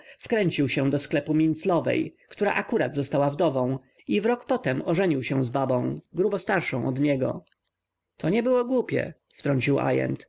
wkręcił się do sklepu minclowej która akurat została wdową i w rok potem ożenił się z babą grubo starszą od niego to nie było głupie